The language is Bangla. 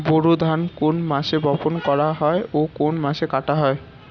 বোরো ধান কোন মাসে বপন করা হয় ও কোন মাসে কাটা হয়?